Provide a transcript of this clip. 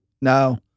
No